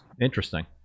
interesting